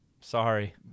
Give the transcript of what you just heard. Sorry